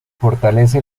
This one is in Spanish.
fortalece